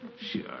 Sure